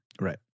right